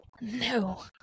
No